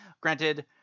Granted